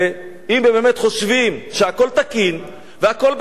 אם הם באמת חושבים שהכול תקין והכול בסדר,